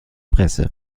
presse